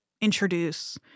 introduce